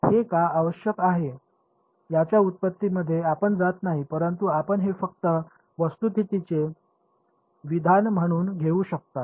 हे का आवश्यक आहे याच्या व्युत्पत्तीमध्ये आपण जात नाही परंतु आपण ते फक्त वस्तुस्थितीचे विधान म्हणून घेऊ शकता